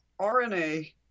RNA